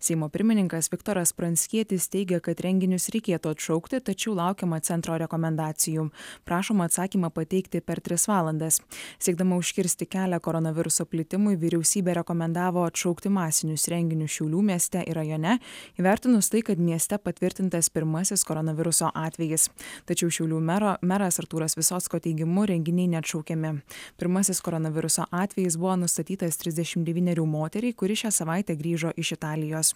seimo pirmininkas viktoras pranckietis teigia kad renginius reikėtų atšaukti tačiau laukiama centro rekomendacijų prašoma atsakymą pateikti per tris valandas siekdama užkirsti kelią koronaviruso plitimui vyriausybė rekomendavo atšaukti masinius renginius šiaulių mieste ir rajone įvertinus tai kad mieste patvirtintas pirmasis koronaviruso atvejis tačiau šiaulių mero meras artūras visocko teigimu renginiai neatšaukiami pirmasis koronaviruso atvejis buvo nustatytas trisdešimt devynerių moteriai kuri šią savaitę grįžo iš italijos